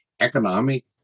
economic